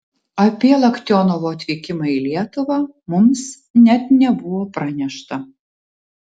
apie loktionovo atvykimą į lietuvą mums net nebuvo pranešta